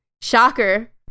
Shocker